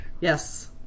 Yes